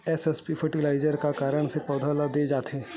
SSP fertiliser का कारण से पौधा ल दे जाथे?